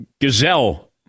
gazelle